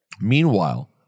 Meanwhile